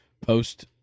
post